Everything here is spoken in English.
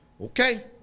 Okay